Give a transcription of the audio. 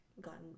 gotten